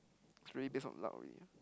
it's really based on luck only